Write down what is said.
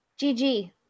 GG